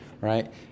right